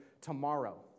tomorrow